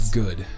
good